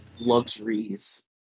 luxuries